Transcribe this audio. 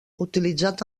utilitzat